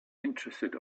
interested